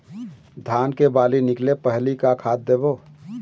धान के बाली निकले पहली का खाद देबो?